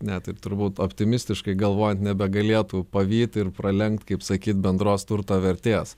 net ir turbūt optimistiškai galvojant nebegalėtų pavyt ir pralenkt kaip sakyt bendros turto vertės